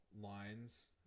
lines